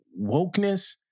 wokeness